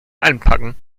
anpacken